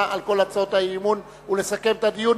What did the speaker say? על כל הצעות האי-אמון ולסכם את הדיון.